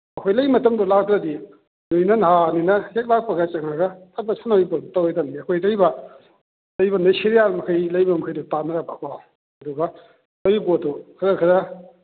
ꯑꯩꯈꯣꯏ ꯂꯩ ꯃꯇꯝꯗꯨ ꯂꯥꯛꯇ꯭ꯔꯗꯤ ꯅꯣꯏꯅ ꯅꯍꯥꯅꯤꯅ ꯍꯦꯛ ꯂꯥꯛꯄꯒ ꯆꯪꯈ꯭ꯔꯒ ꯐꯠ ꯐꯠ ꯁꯥꯟꯅꯕꯒꯤ ꯄꯣꯠꯇꯨ ꯇꯧꯔꯣꯏꯗꯝꯅꯤ ꯑꯩꯈꯣꯏ ꯂꯩꯔꯤꯕ ꯁꯤ ꯌꯥꯕꯃꯈꯩ ꯂꯩꯕꯃꯈꯩꯗꯣ ꯇꯥꯅꯔꯒ ꯑꯗꯨꯒ ꯑꯗꯨꯒꯤ ꯄꯣꯠꯇꯨ ꯈꯔ ꯈꯔ